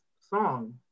song